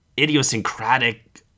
idiosyncratic